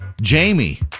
Jamie